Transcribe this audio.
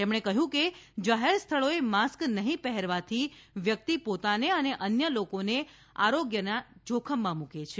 તેમણે કહ્યું છે કે જાહેર સ્થળોએ માસ્ક નહીં પહેરવાથી વ્યક્તિ પોતાને અને અન્ય લોકોના આરોગ્યને જોખમમાં મુકે છે